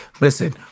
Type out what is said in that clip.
listen